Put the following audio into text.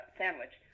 sandwich